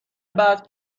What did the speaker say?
بعد